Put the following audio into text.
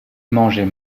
mangeait